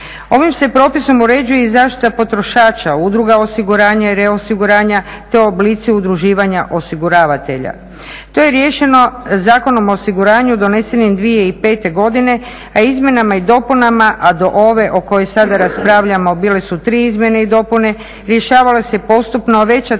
Ovim se propisom uređuje i zaštita potrošača, udruga osiguranja jer je osiguranje te oblici udruživanja osiguravatelja. To je riješeno Zakonom o osiguranju donesenim 2005. godine, a izmjenama i dopunama, a do ove o kojoj sada raspravljamo bile su tri izmjene i dopune, rješavalo se postupno a veća